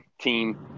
team